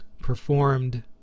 performed